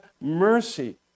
mercy